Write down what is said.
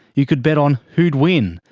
you could bet on who'd win,